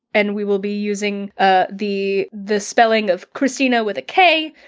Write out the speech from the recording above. and we will be using ah the the spelling of kristina with a k,